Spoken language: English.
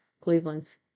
Cleveland's